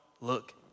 look